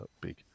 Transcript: big